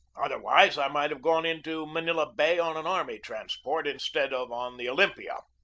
otherwise, i might have gone into manila bay on an army transport instead of on the olympia.